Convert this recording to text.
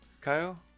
Kyle